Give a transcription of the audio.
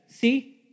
See